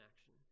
action